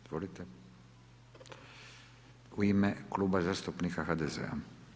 Izvolite u ime Kluba zastupnika HDZ-a.